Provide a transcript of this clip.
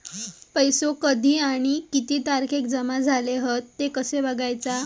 पैसो कधी आणि किती तारखेक जमा झाले हत ते कशे बगायचा?